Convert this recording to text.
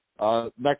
Next